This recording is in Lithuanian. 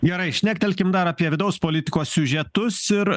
gerai šnektelkim dar apie vidaus politikos siužetus ir